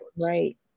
Right